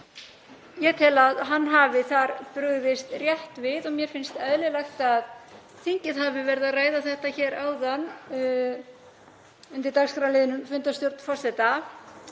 Ég tel að hann hafi þar brugðist rétt við og mér finnst eðlilegt að þingið hafi verið að ræða þetta hér áðan undir dagskrárliðnum fundarstjórn forseta.